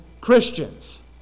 Christians